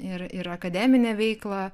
ir ir akademinę veiklą